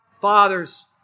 father's